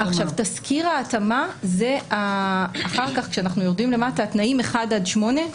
תסקיר ההתאמה זה אחר כך כשאנחנו יורדים למטה לתנאים (1) עד (8),